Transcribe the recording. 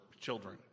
children